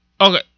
okay